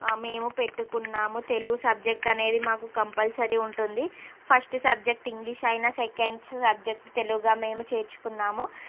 మేము పెట్టుకున్నాము తెలుగు సబ్జెక్ట్ అనేది మాకు కంపల్సరీ ఉంటుంది ఫస్ట్ సబ్జెక్ట్ ఇంగ్లీష్ అయినా సెకండ్ సబ్జెక్ట్ తెలుగుగా మేము చేర్చుకున్నాము